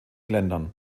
ländern